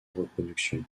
reproduction